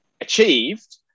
achieved